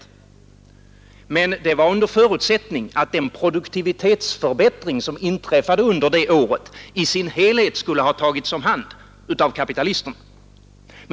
Men det var under förutsättning att den produktivitetsförbättring, som inträffat under det året, i sin helhet skulle ha tagits om hand av kapitalisterna.